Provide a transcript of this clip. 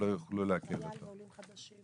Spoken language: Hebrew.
שלא יוכלו לעקל אותו.